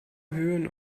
höhen